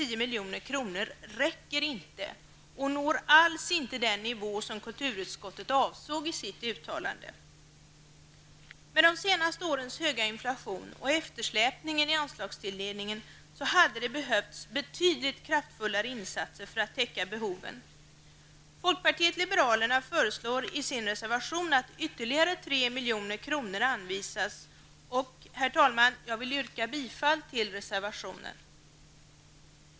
milj.kr., räcker inte och når alls inte den nivå som kulturutskottet avsåg i sitt uttalande. Med de senaste årens höga inflation och eftersläpningen i anslagstilldelningen hade det behövts betydligt kraftfullare insatser för att täcka behoven. Folkpartiet liberalerna föreslår i sin reservation att ytterligare 3 milj.kr. anvisas och, herr talman, jag vill yrka bifall till reservationen.